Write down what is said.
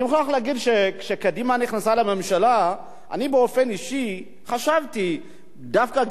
אני מוכרח להגיד שכשקדימה נכנסה לממשלה אני באופן אישי חשבתי דווקא,